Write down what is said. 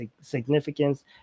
significance